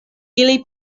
ili